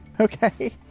Okay